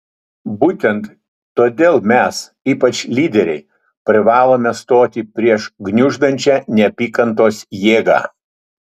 būtent todėl mes ypač lyderiai privalome stoti prieš gniuždančią neapykantos jėgą